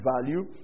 value